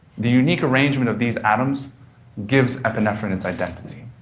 the unique arrangement of these atoms gives epinephrine its identity,